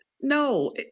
No